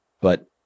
but-